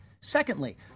Secondly